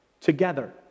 together